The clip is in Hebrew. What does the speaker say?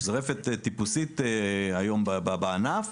שזו רפת טיפוסית היום בענף,